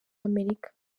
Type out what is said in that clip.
amerika